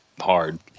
hard